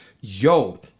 yo